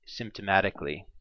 symptomatically